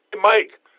Mike